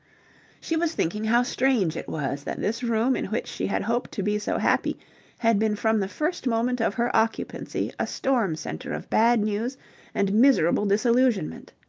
she was thinking how strange it was that this room in which she had hoped to be so happy had been from the first moment of her occupancy a storm centre of bad news and miserable disillusionment.